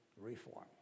reform